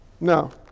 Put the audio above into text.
No